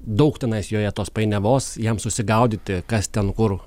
daug tenais joje tos painiavos jam susigaudyti kas ten kur